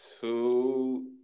two